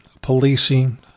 policing